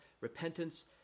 repentance